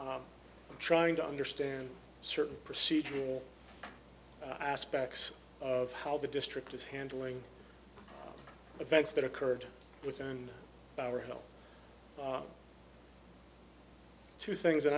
district trying to understand certain procedural aspects of how the district is handling events that occurred within our health to things that